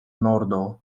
nordo